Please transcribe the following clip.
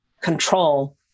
control